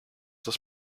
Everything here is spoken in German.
das